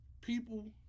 People